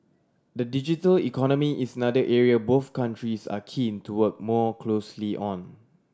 the digital economy is another area both countries are keen to work more closely on